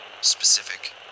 Specific